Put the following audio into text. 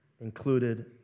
included